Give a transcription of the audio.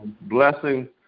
blessing